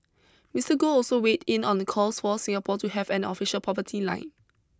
Mister Goh also weighed in on calls for Singapore to have an official poverty line